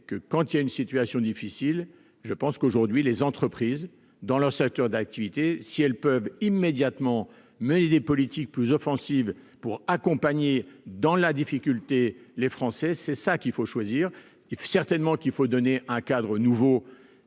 que quand il y a une situation difficile, je pense qu'aujourd'hui les entreprises dans leur secteur d'activité, si elles peuvent immédiatement, mais les politiques plus offensive pour accompagner dans la difficulté, les Français, c'est ça qu'il faut choisir if certainement qu'il faut donner un cadre nouveau